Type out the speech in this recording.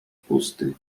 pusty